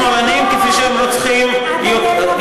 הם רוצחים שמאלנים כפי שהם רוצחים ימנים,